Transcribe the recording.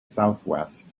southwest